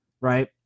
Right